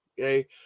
Okay